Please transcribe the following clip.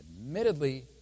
admittedly